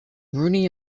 rooney